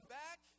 back